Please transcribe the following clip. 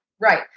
Right